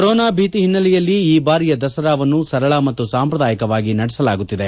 corona ಭೀತಿ ಹಿನ್ನೆಲೆಯಲ್ಲಿ ಈ ಬಾರಿಯ ದಸರಾವನ್ನು ಸರಳ ಮತ್ತು ಸಾಂಪ್ರದಾಯಿಕವಾಗಿ ನಡೆಸಲಾಗುತ್ತಿದೆ